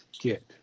get